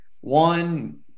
one